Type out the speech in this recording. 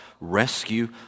rescue